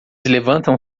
levantam